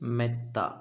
മെത്ത